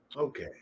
okay